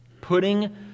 Putting